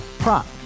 Prop